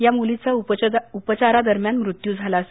या मुलीचा उपचारा दरम्यान मृत्यू झाला आहे